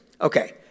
Okay